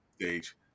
stage